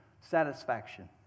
Satisfaction